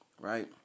right